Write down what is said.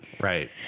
Right